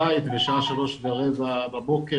בשעה 03:15 בבוקר,